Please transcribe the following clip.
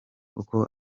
uko